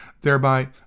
thereby